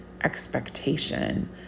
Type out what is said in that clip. expectation